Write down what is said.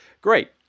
great